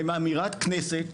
לאמירת כנסת,